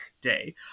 day